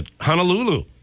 Honolulu